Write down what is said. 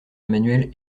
emmanuelle